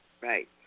Right